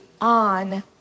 on